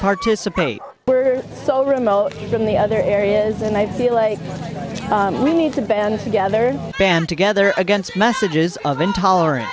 participate so remote in the other areas and i feel like we need to band together band together against messages of intolerance